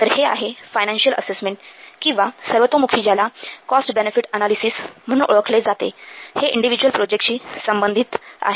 तर हे आहे फायनान्शिअल असेसमेंट किंवा सर्वतोमुखी ज्याला कॉस्ट बेनेफिट अनालिसिस म्हणून ओळखले जाते हे इंडिव्हिज्युअल प्रोजेक्टशी संबंधित आहे